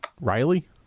Riley